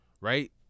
right